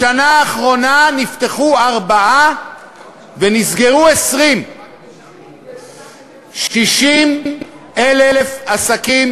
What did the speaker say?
בשנה האחרונה נפתחו ארבעה ונסגרו 20. 60,000 עסקים